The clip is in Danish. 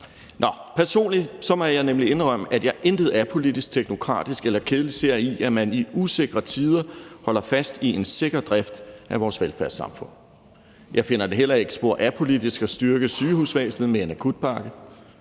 Personligt må jeg nemlig indrømme, at jeg intet apolitisk, teknokratisk eller kedeligt ser i, at man i usikre tider holder fast i en sikker drift af vores velfærdssamfund. Jeg finder det heller ikke spor apolitisk at styrke sygehusvæsenet med en akutpakke.